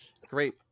great